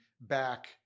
back